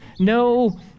No